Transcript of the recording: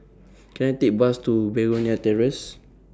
Can I Take A Bus to Begonia Terrace